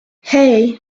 hey